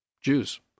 Jews